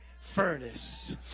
furnace